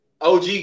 OG